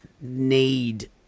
need